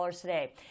today